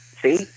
See